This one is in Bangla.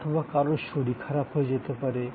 অথবা কারোর শরীর খারাপ হয় যেতে পারে